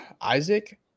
Isaac